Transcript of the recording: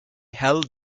held